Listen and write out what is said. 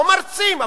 או מרצים אפילו: